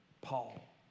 Paul